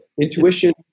intuition